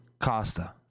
Costa